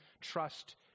Trust